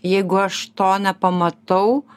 jeigu aš to nepamatau